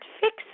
fix